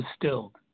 distilled